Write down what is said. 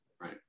right